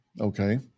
Okay